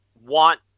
want